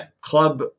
club